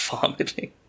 vomiting